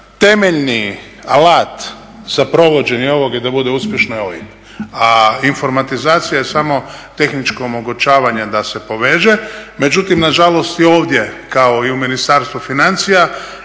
temeljni alat za provođenje ovog je da bude uspješno OIB. A informatizacija je samo tehničko omogućavanje da se poveže. Međutim nažalost i ovdje kao i u Ministarstvu financija